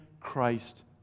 Christ